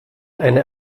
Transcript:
eine